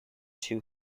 two